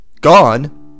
Gone